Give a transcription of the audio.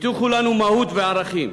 הבטיחו לנו מהות וערכים,